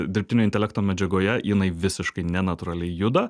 dirbtinio intelekto medžiagoje jinai visiškai nenatūraliai juda